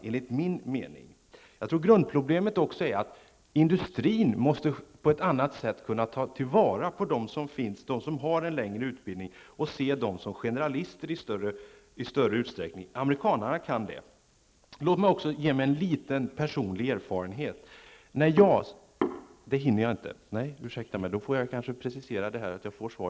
Jag tror att en annan grundläggande fråga är att industrin nu på annat sätt måste kunna ta vara på dem som har en längre utbildning och se dem som generalister i större utsträckning -- amerikanarna kan det. Låt mig berätta en liten personlig erfarenhet. Jag ser dock att jag inte hinner, så jag får precisera den senare.